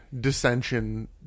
dissension